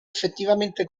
effettivamente